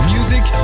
Music